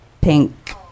pink